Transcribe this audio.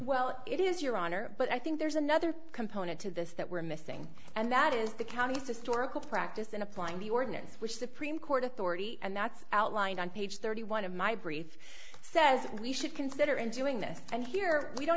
well it is your honor but i think there's another component to this that we're missing and that is the county's historical practice in applying the ordinance which supreme court authority and that's outlined on page thirty one of my brief says we should consider in doing this and here we don't